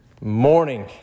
morning